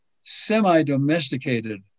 semi-domesticated